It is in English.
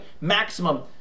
maximum